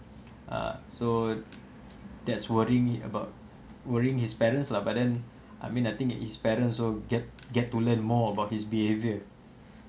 ah so that's worrying it about worrying his parents lah but then I mean I think his parents also get get to learn more about his behaviour